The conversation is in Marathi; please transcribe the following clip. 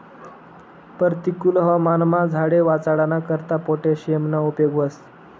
परतिकुल हवामानमा झाडे वाचाडाना करता पोटॅशियमना उपेग व्हस